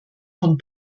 vom